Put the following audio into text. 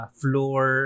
floor